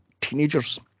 teenagers